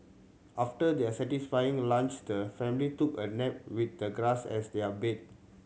after their satisfying lunch the family took a nap with the grass as their bed